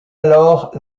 alors